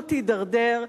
השירות הידרדר,